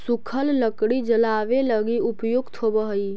सूखल लकड़ी जलावे लगी उपयुक्त होवऽ हई